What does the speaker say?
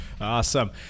Awesome